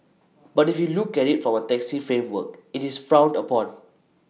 but if we look at IT from A taxi framework IT is frowned upon